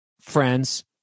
friends